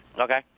Okay